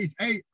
eight